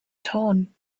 tone